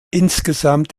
insgesamt